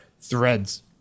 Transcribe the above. threads